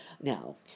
Now